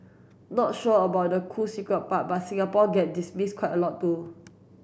not sure about the cool secret part but Singapore get dismissed quite a lot too